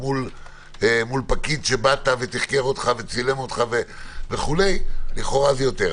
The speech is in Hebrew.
מול פקיד שתחקר אותך לכאורה זה יותר.